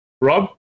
Rob